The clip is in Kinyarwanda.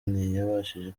ntiyabashije